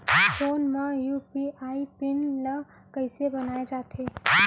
Phone म UPI PIN ल कइसे बनाये जाथे?